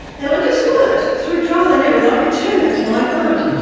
and i just learnt through trial and error that i could turn that to my advantage,